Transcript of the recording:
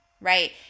right